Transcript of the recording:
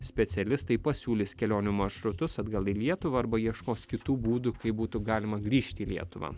specialistai pasiūlys kelionių maršrutus atgal į lietuvą arba ieškos kitų būdų kaip būtų galima grįžti į lietuvą